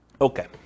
Okay